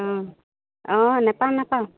অঁ অঁ নাপাওঁ নাপাওঁ